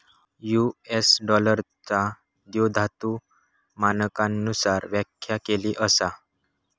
US डॉलरचा द्विधातु मानकांनुसार व्याख्या केली असा